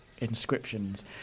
inscriptions